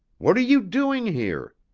what are you doing here?